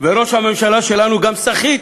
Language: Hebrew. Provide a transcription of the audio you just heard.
וראש הממשלה שלנו גם סחיט.